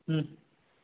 ಹ್ಞೂ